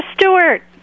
Stewart